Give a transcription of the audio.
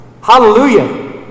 Hallelujah